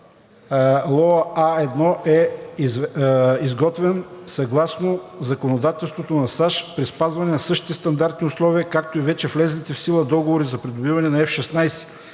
LOA A1 е изготвен съгласно законодателството на САЩ при спазването на същите стандартни условия, както и вече влезлите в сила договори за придобиване на F 16